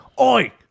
oi